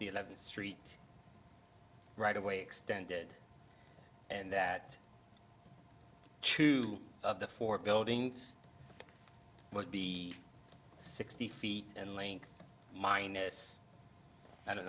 the eleventh street right of way extended and that two of the four buildings must be sixty feet in length minus i don't